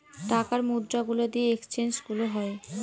টাকার মুদ্রা গুলা দিয়ে এক্সচেঞ্জ গুলো হয়